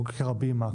כמו כיכר הבימה,